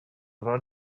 vingt